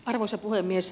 arvoisa puhemies